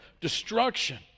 destruction